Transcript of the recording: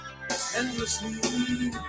endlessly